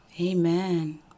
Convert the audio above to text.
Amen